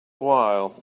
while